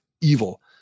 evil